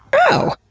oh,